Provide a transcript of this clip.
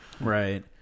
Right